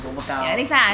bo gao